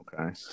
Okay